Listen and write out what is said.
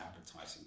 advertising